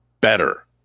better